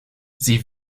sie